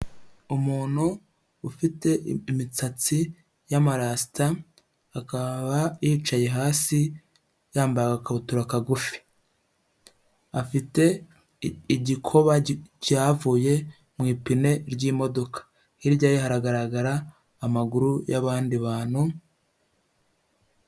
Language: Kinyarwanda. Umuntu ufite imisatsi y'amarasita, akaba yicaye hasi, yambaye agakabutura kagufi, afite igikoba cyavuye mu ipine ry'imodoka, hirya ye haragaragara amaguru y'abandi bantu...